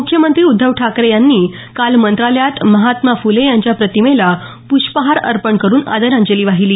मुख्यमंत्री उद्धव ठाकरे यांनी काल मंत्रालयात महात्मा फुले यांच्या प्रतिमेला पुष्पहार अर्पण करून आदरांजली वाहिली